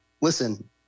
listen